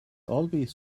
always